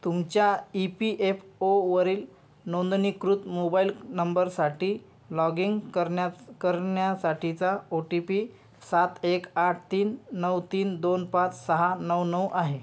तुमच्या E P F ओवरील नोंदणीकृत मोबाईल नंबरसाठी लॉगिंग करण्यास् करण्यासाठीचा ओ टी पी सात एक आठ तीन नऊ तीन दोन पाच सहा नऊ नऊ आहे